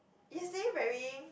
yesterday very